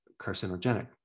carcinogenic